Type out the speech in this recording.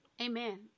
Amen